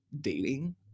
dating